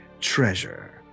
treasure